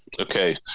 Okay